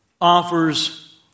offers